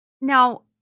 Now